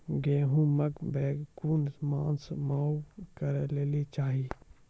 गेहूँमक बौग कून मांस मअ करै लेली चाही?